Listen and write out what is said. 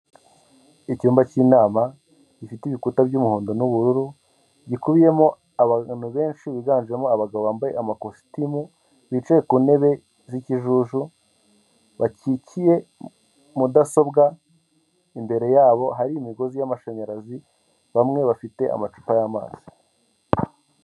Icyumba cy'inama gifite ibikuta by'umuhondo n'bururu gikubiyemo abagabo benshi biganjemo abagabo bambaye amakositimu, bicaye ku ntebe z'ikijuju bakikiye mudasobwa imbere yabo, hari imigozi y'amashanyarazi bamwe bafite amacupa y'amazi.